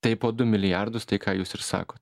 tai po du milijardus tai ką jūs ir sakot